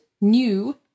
new